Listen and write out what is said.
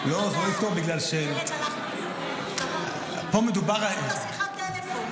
ילד הלך לאיבוד --- פה מדובר --- שיחת טלפון,